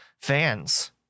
fans